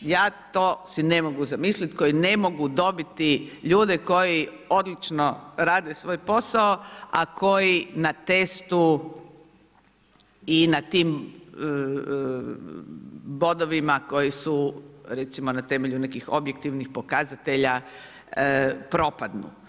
ja si to ne mogu zamisliti koji ne mogu dobiti ljude koji odlično rade svoj posao, a koji na testu i na tim bodovima koji su recimo na temelju nekih objektivnih pokazatelja propadnu.